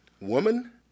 Woman